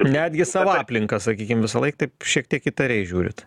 netgi savo aplinka sakykim visąlaik taip šiek tiek įtariai žiūrit